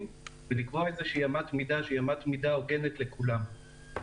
ולקבוע אמת מידה שהיא אמת מידה הוגנת לכולם.